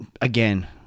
again